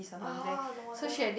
ah no wonder